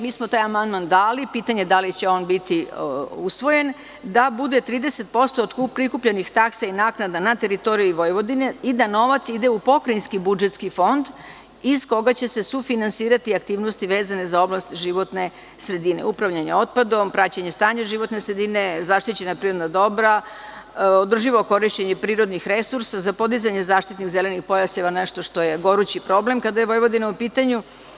Mi smo dali amandman, pitanje je da li će on biti usvojen, predloženo da je bude 30% od prikupljenih taksi, naknada na teritoriji Vojvodine i da novac ide u pokrajinski budžetski fond iz koga će se sufinansirati aktivnosti vezane za oblast životne sredine, upravljanje otpadom, praćenje stanja životne sredine, zaštićena prirodna dobra, održivo korišćenje prirodnih resursa za podizanje zaštitnih zelenih pojaseva, nešto što je gorući problem kada jeVojvodina u pitanju.